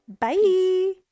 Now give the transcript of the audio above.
Bye